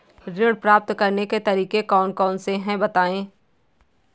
ऋण प्राप्त करने के तरीके कौन कौन से हैं बताएँ?